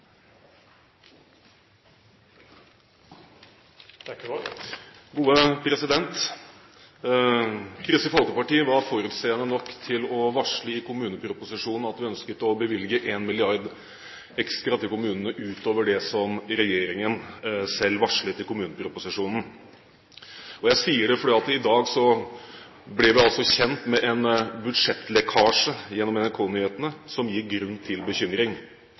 Kristelig Folkeparti var forutseende nok til å varsle i kommuneproposisjonen at vi ønsket å bevilge 1 mrd. kr ekstra til kommunene, utover det som regjeringen selv varslet i kommuneproposisjonen. Jeg sier det, for i dag ble vi gjennom NRK-nyhetene kjent med en budsjettlekkasje som gir grunn til bekymring,